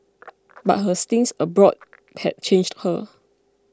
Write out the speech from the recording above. but her stints abroad had changed her